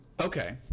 Okay